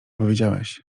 powiedziałeś